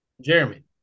Jeremy